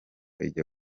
ijya